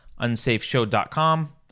unsafeshow.com